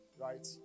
Right